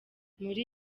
muri